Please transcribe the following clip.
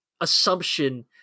assumption